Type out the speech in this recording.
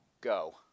Go